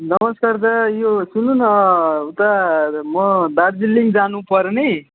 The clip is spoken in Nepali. नमस्कार दादा यो सुन्नु न उता म दार्जिलिङ जानुपर्ने